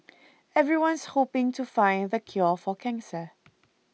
everyone's hoping to find the cure for cancer